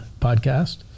podcast